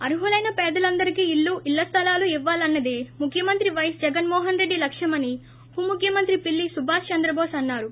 అర్హులైన పేదలందరికీ ఇళ్లు ఇళ్ల స్థలాలు ఇవ్వాలన్నదే ముఖ్యమంత్రి పైఎస్ జగన్మోహన్రెడ్డి లక్క్యమని ఉపముఖ్యమంత్రి పిల్లి సుభాష్ చంద్రబోస్ అన్నారు